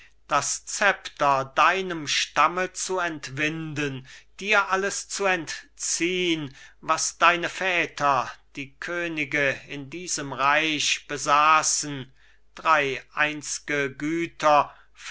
das szepter deinem stamme zu entwinden dir alles zu entziehn was deine väter die könige in diesem reich besaßen drei einzge